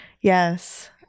Yes